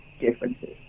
differences